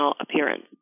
appearance